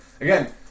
again